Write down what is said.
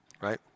Right